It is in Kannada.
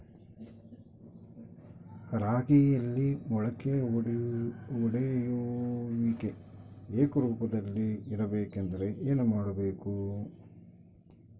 ರಾಗಿಯಲ್ಲಿ ಮೊಳಕೆ ಒಡೆಯುವಿಕೆ ಏಕರೂಪದಲ್ಲಿ ಇರಬೇಕೆಂದರೆ ಏನು ಮಾಡಬೇಕು?